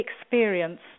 experience